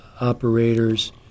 operators